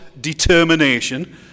determination